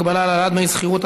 הגבלה על העלאת דמי השכירות),